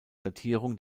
datierung